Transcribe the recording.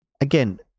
again